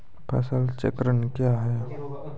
फसल चक्रण कया हैं?